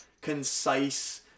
concise